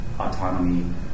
autonomy